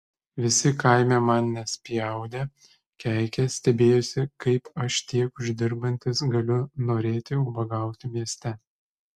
visi kaime mane spjaudė keikė stebėjosi kaip aš tiek uždirbantis galiu norėti ubagauti mieste